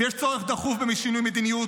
ויש צורך דחוף בשינוי מדיניות.